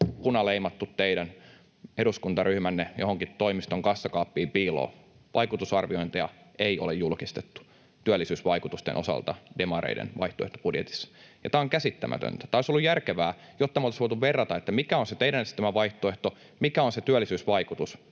johonkin teidän eduskuntaryhmänne toimiston kassakaappiin piiloon. Vaikutusarviointeja ei ole julkistettu työllisyysvaikutusten osalta demareiden vaihtoehtobudjetissa, ja tämä on käsittämätöntä. Tämä olisi ollut järkevää, jotta me oltaisiin voitu verrata, mikä on se teidän esittämä vaihtoehto, mikä on se työllisyysvaikutus.